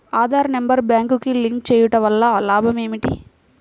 Aadhaar number బ్యాంక్నకు link చేయుటవల్ల లాభం ఏమిటి?